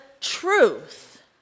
truth